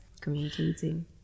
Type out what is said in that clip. communicating